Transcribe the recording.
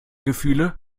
gefühle